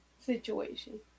situation